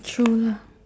mm true lah